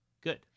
good